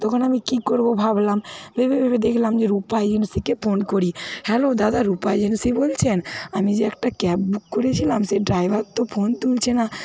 তখন আমি কী করব ভাবলাম ভেবে ভেবে দেখলাম যে রূপা এজেন্সিকে ফোন করি হ্যালো দাদা রূপা এজেন্সি বলছেন আমি যে একটা ক্যাব বুক করেছিলাম সেই ড্রাইভার তো ফোন তুলছে না